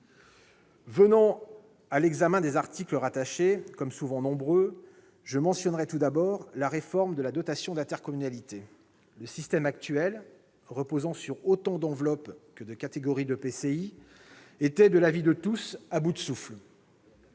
Venant à l'examen des articles rattachés, comme souvent nombreux, je mentionnerai tout d'abord la réforme de la dotation d'intercommunalité. De l'avis de tous, le système actuel, reposant sur autant d'enveloppes que de catégories d'EPCI, était à bout de souffle.